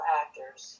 actors